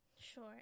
Sure